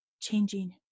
changing